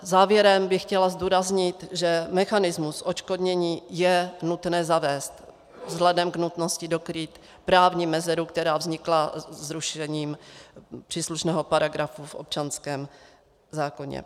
Závěrem bych chtěla zdůraznit, že mechanismus odškodnění je nutné zavést vzhledem k nutnosti dokrýt právní mezeru, která vznikla zrušením příslušného paragrafu v občanském zákoně.